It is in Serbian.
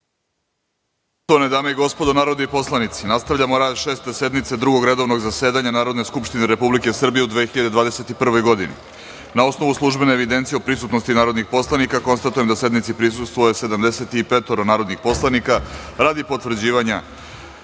dame i gospodo narodni poslanici, nastavljamo rad Šeste sednice Drugog redovnog zasedanja Narodne skupštine Republike Srbije u 2021. godini. Na osnovu službene evidencije o prisutnosti narodnih poslanika, konstatujem da sednici prisustvuje 75 narodnih poslanika. Radi utvrđivanja